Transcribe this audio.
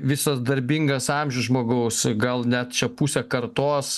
visas darbingas amžius žmogaus gal net čia pusę kartos